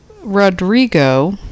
Rodrigo